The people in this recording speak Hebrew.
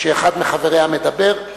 כשאחד מחבריה מדבר,